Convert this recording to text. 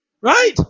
right